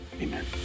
Amen